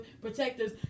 protectors